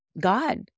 God